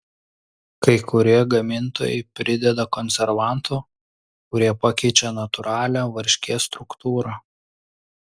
kai kurie gamintojai prideda konservantų kurie pakeičią natūralią varškės struktūrą